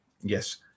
yes